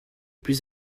plus